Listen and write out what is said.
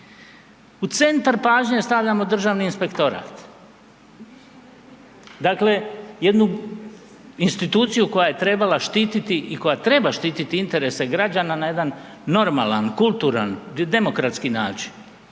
U centar pažnje stavljamo Državni inspektorat, dakle jednu instituciju koja je trebala štititi i koja treba štititi interese građana na jedan normalan, kulturan, demokratski način,